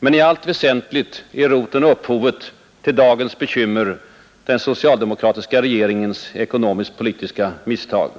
Men i allt väsentligt är roten och upphovet till dagens bekymmer den socialdemokratiska regeringens ekonomisk-politiska misstag.